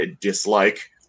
dislike